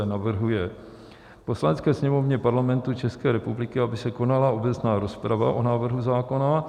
I. navrhuje Poslanecké sněmovně Parlamentu České republiky, aby se konala obecná rozprava o návrhu zákona;